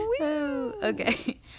Okay